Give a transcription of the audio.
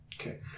Okay